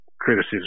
criticism